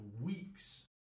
weeks